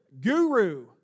guru